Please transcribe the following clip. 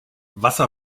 wasser